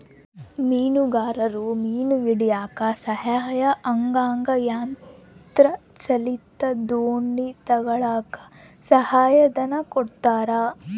ಮೀನುಗಾರರು ಮೀನು ಹಿಡಿಯಕ್ಕ ಸಹಾಯ ಆಗಂಗ ಯಂತ್ರ ಚಾಲಿತ ದೋಣಿ ತಗಳಕ್ಕ ಸಹಾಯ ಧನ ಕೊಡ್ತಾರ